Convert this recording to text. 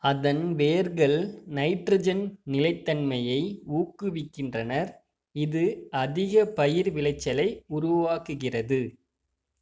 அதன் வேர்கள் நைட்ரஜன் நிலைத்தன்மையை ஊக்குவிக்கின்றன இது அதிக பயிர் விளைச்சலை உருவாக்குகிறது